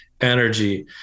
energy